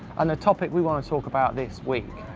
and a topic we want to talk about this week,